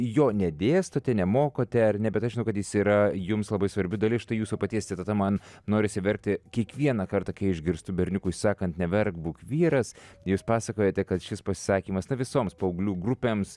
jo nedėstote nemokate ar ne bet aš žinau kad jis yra jums labai svarbi dalis štai jūsų paties citata man norisi verkti kiekvieną kartą kai išgirstu berniukui sakant neverk būk vyras jūs pasakojote kad šis pasisakymas na visoms paauglių grupėms